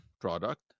product